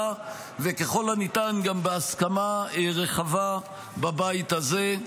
וככל הניתן גם בהסכמה רחבה בבית הזה.